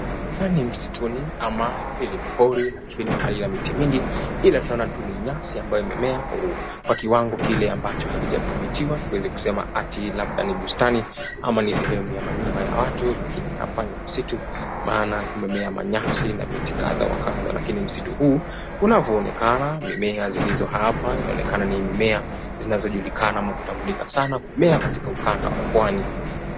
Ni msituni ama hili pori lakini haya miti mingi ila tunaona tu ni nyasi imemea kwa kiwango kile ambacho hakijadhibitiwa tuweze kusema ati labda ni bustani ama ni sehemu ya manyumba ya watu lakini hapa ni msitu maana kumemea manyasi na miti kadha wa kadha, lakini msitu huu unavyoonekana mimea zilizo hapa inaonekana ni mimea zinazojulikana ama kutambulika sana mimea katika ukanda wa pwani.